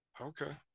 Okay